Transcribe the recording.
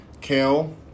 kale